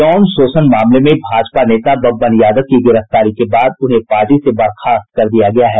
यौन शोषण मामले में भाजपा नेता बबन यादव की गिरफ्तारी के बाद उन्हें पार्टी से बर्खास्त कर दिया गया है